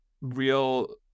real